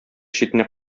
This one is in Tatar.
читенә